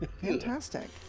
Fantastic